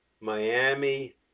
Miami